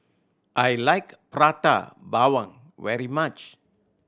I like Prata Bawang very much